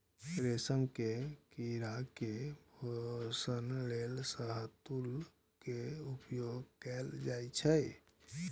रेशम के कीड़ा के पोषण लेल शहतूत के उपयोग कैल जाइ छै